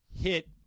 Hit